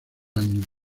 años